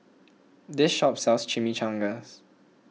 this shop sells Chimichangas